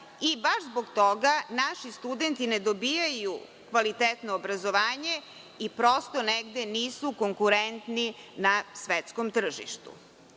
i baš zbog toga naši studenti ne dobijaju kvalitetno obrazovanje i, prosto, negde nisu konkurentni na svetskom tržištu. Ono